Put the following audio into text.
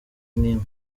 n’imwe